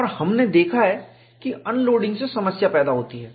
और हमने देखा है कि अनलोडिंग से समस्या पैदा होती है